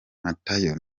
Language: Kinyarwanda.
mathieu